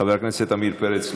חבר הכנסת עמיר פרץ,